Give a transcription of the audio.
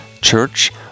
church